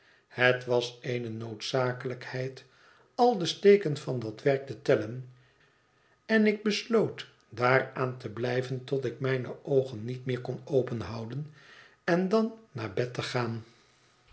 het was eene noodzakelijkheid al de steken van dat werk te tellen en ik besloot daaraan te blijven tot ik mijne oogen niet meer kon openhouden en dan naar bed te gaan